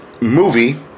movie